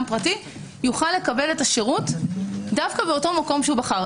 פרטי יוכל לקבל את השירות דווקא במקום שבחר.